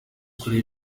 kureba